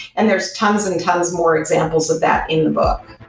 and there're tons and tons more examples of that in the book.